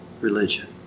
religion